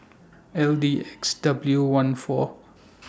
L D X W one four